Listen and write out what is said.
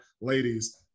Ladies